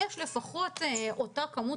יש לפחות אותו מספר,